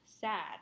sad